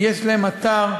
ויש להם אתר,